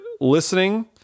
listening